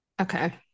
okay